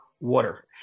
water